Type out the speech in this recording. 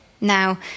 Now